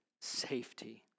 safety